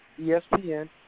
ESPN